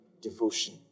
devotion